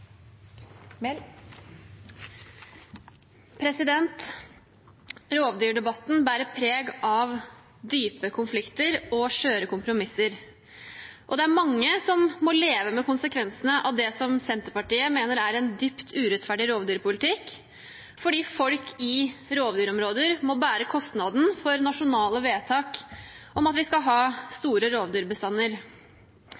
forslag. Rovdyrdebatten bærer preg av dype konflikter og skjøre kompromisser, og det er mange som må leve med konsekvensene av det Senterpartiet mener er en dypt urettferdig rovdyrpolitikk, for det er folk i rovdyrområder som må bære kostnaden av nasjonale vedtak om at vi skal ha